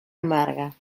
amarga